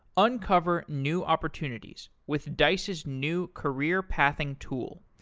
uncover new opportunities with dice's new career-pathing tool,